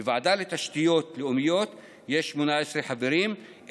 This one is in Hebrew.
בוועדה לתשתיות לאומיות יש 18 חברים,